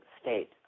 state